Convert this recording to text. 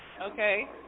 okay